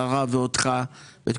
אבל אני רוצה לברך את השרה ואותך ואת